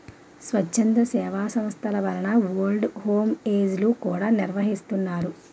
స్వచ్ఛంద సేవా సంస్థల వలన ఓల్డ్ హోమ్ ఏజ్ లు కూడా నిర్వహిస్తున్నారు